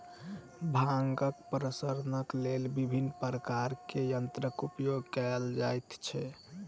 भांगक प्रसंस्करणक लेल विभिन्न प्रकारक यंत्रक प्रयोग कयल जाइत छै